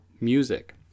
music